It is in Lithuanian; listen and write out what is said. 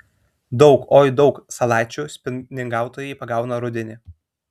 daug oi daug salačių spiningautojai pagauna rudenį